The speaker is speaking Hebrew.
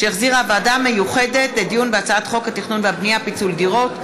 שהחזירה הוועדה המיוחדת לדיון בהצעת חוק התכנון והבנייה (פיצול דירות),